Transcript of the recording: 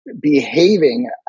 behaving